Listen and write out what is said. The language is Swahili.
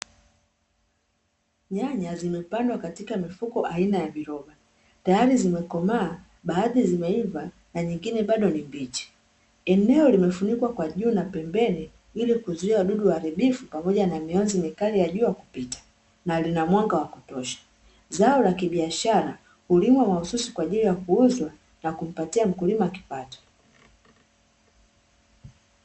Nyanya zimepandwa katika mifuko aina ya viroba, tayari zimekomaa baadhi zimeivaa na nyingine bado ni mbichi. Eneo limefunikwa kwa juu na pembeni ilikuzuia wadudu waharibifu pamoja na mionzi mikali ya jua kupita na lina mwanga wakutosha. Zao la kibiashara hulimwa mahususi kwa ajili ya kuuzwa na kumpatia mkulima kipato.